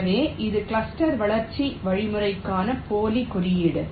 எனவே இது கிளஸ்டர் வளர்ச்சி வழிமுறைக்கான போலி குறியீடு